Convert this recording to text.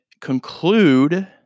conclude